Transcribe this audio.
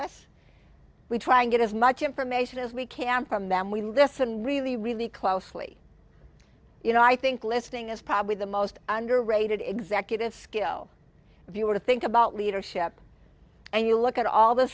us we try and get as much information as we can from them we listen really really closely you know i think listing is probably the most underrated executive skill if you were to think about leadership and you look at all the